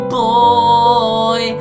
boy